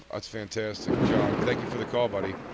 that's fantastic. john, thank you for the call, buddy.